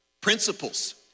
principles